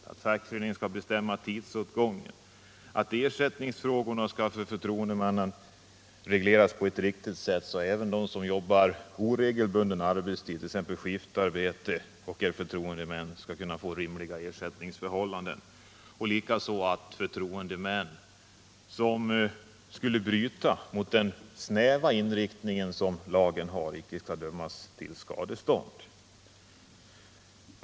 Fackföreningen skall bestämma tidsåtgången, och ersättningen till facklig förtroendeman skall regleras på ett riktigt sätt, så att även den som har oregelbunden arbetstid, t.ex. skiftarbete, och är förtroendeman skall kunna få rimlig ersättning. Förtroendeman, som bryter mot den snäva inriktning lagen har, skall inte kunna dömas till skadestånd.